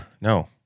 no